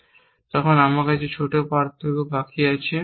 আর তখন আমার কাছে ছোট পার্থক্য বাকি আছে